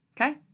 okay